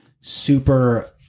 super